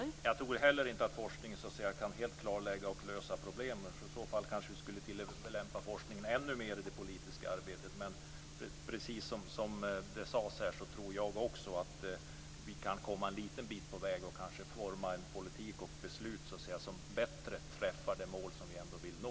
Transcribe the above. Fru talman! Jag tror heller inte att forskningen helt kan klarlägga och lösa problemen. I så fall kanske vi skulle tillämpa forskningen ännu mer i det politiska arbetet. Precis som sades här, och som jag också tror, kan vi komma en liten bit på väg när det gäller att forma en politik och beslut som bättre träffar de mål som vi vill nå.